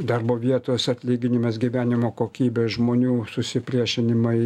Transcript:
darbo vietos atlyginimas gyvenimo kokybė žmonių susipriešinimai